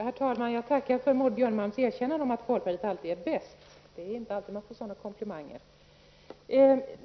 Herr talman! Jag tackar Maud Björnemalm för erkännandet att folkpartiet alltid är bäst. Det är inte ofta vi får sådana komplimanger.